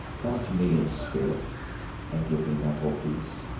come to me in spirit and give me mental peace.